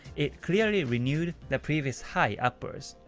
it clearly renewed the previous high upwards.